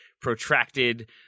protracted